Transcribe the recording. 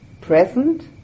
present